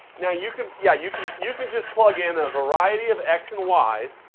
now you can yeah, you can you can just plug in a variety of x's and y's,